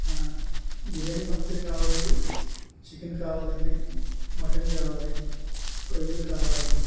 biryani compulsory కావాలండి chicken కావాలండి mutton కావాలి రొయ్యలు కావాలండి